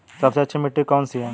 सबसे अच्छी मिट्टी कौन सी है?